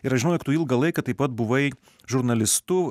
ir aš žinojau kad tu ilgą laiką taip pat buvai žurnalistu